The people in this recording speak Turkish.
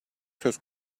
söz